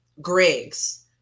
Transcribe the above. Griggs